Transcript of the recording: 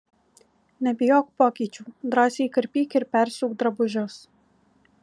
nebijok pokyčių drąsiai karpyk ir persiūk drabužius